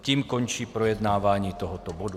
Tím končí projednávání tohoto bodu.